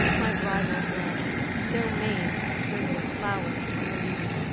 my bridal bed no maids have strewn with flowers from the lea,